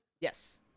yes